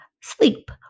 sleep